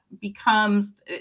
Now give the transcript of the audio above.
becomes